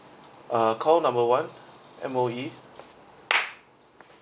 uh call number one M_O_E